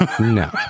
No